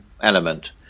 element